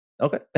Okay